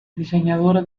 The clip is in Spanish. diseñadora